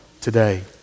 today